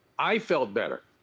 i felt better.